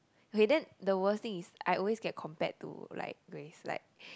okay then the worse thing is I always get compared to like Grace like